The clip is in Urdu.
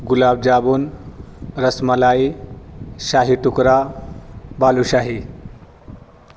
گلاب جامن رس ملائی شاہی ٹکڑا بالو شاہی